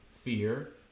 fear